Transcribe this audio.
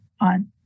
on